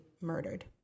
murdered